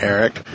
Eric